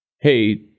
hey